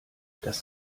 das